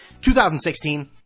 2016